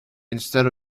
instead